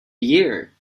year